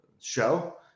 show